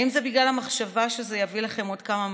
האם זה בגלל המחשבה שזה יביא לכם עוד כמה מנדטים,